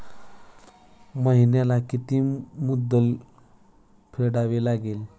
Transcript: महिन्याला किती मुद्दल फेडावी लागेल?